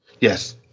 Yes